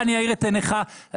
להאיר את עיניכם.